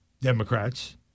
Democrats